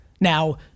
Now